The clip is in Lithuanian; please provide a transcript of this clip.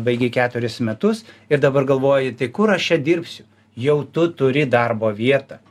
baigi keturis metus ir dabar galvoji tai kur aš čia dirbsiu jau tu turi darbo vietą